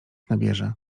nabierze